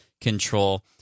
control